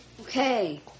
okay